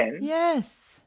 Yes